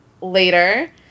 later